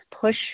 push